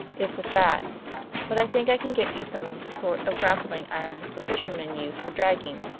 if with that but i think i can get you some of the sort of grappling irons the fishermen use for dragging.